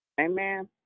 Amen